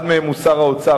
אחד מהם הוא שר האוצר,